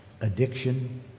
addiction